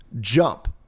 jump